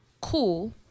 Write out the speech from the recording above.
cool